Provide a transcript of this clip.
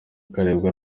akaribwa